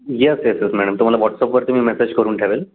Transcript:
yes yes yes madam तुम्हाला व्हॉट्सअपवरती मी मेसेज करून ठेवेन